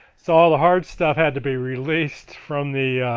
so all the hard stuff had to be released from the